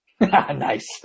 Nice